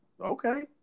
Okay